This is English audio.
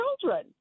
children